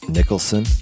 Nicholson